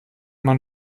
man